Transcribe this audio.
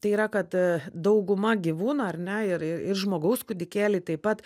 tai yra kad dauguma gyvūnų ar ne ir ir žmogaus kūdikėliai taip pat